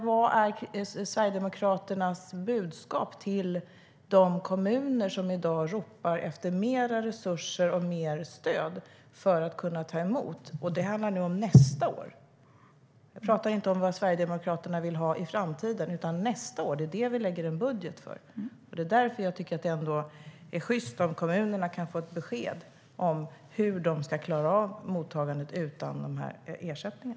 Vad är Sverigedemokraternas budskap till de kommuner som i dag ropar efter mer resurser och mer stöd för att kunna ta emot? Nu handlar det om nästa år. Jag pratar inte om vad Sverigedemokraterna vill ha i framtiden, utan det är nästa år vi lägger fram en budget för. Jag tycker att det vore sjyst om kommunerna kunde få ett besked om hur de ska klara av mottagandet utan dessa ersättningar.